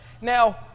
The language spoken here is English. Now